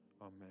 Amen